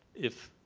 if,